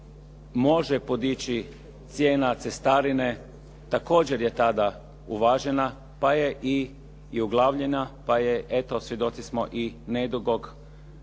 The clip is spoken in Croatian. može podići cijena cestarine također je tada uvažena pa je i uglavljena, pa eto svjedoci smo nedugog